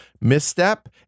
Misstep